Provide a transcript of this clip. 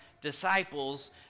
disciples